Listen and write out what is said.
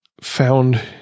found